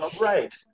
Right